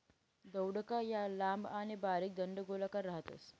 दौडका या लांब आणि बारीक दंडगोलाकार राहतस